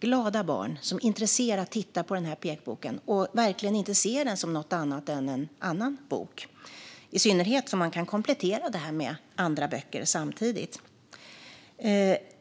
glada barn som intresserat tittar på pekboken och verkligen inte ser den som något annat än en bok, i synnerhet som den kan kompletteras med andra böcker samtidigt.